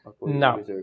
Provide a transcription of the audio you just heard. No